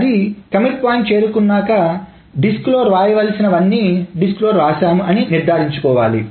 అది commit point చేరుకున్నాక డిస్కులో వ్రాయవలసిన వన్నీ డిస్కులో వ్రాశాము అని నిర్ధారించుకోవాలి